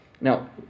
Now